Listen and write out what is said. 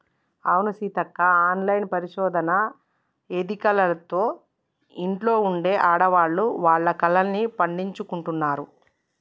అవును సీతక్క ఆన్లైన్ పరిశోధన ఎదికలతో ఇంట్లో ఉండే ఆడవాళ్లు వాళ్ల కలల్ని పండించుకుంటున్నారు